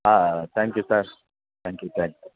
ಹಾಂ thank you sir thank you thank